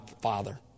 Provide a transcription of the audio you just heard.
father